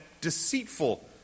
deceitful